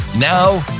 Now